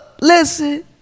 listen